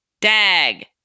Dag